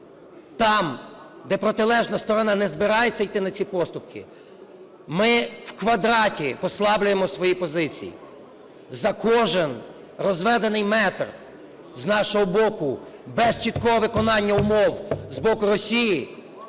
там, де протилежна сторона не збирається йти на ці поступки, ми в квадраті послаблюємо свої позиції. За кожен розведений метр з нашого боку, без чіткого виконання умов з боку Росії,